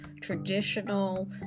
traditional